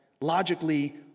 logically